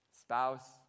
spouse